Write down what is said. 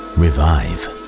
revive